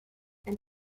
and